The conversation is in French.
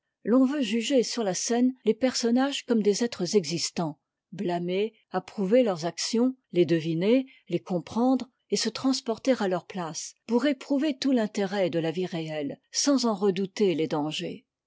l'on veut juger sur la scène les personnages comme des êtres existants blâmer approuver leurs actions les deviner les comprendre et se transporter à leur place pour éprouver tout l'intérêt de la vie réette sans en redouter les dangers